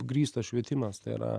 grįstas švietimas tai yra